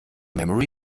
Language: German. memory